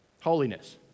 Holiness